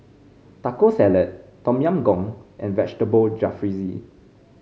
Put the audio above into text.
Taco Salad Tom Yam Goong and Vegetable Jalfrezi